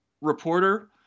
reporter